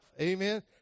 Amen